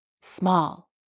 small